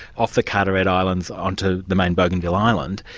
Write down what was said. off the carteret islands onto the main bougainville island.